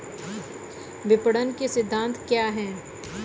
विपणन के सिद्धांत क्या हैं?